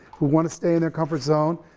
who wanna stay in their comfort zone,